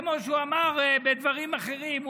כמו שהוא אמר בדברים אחרים,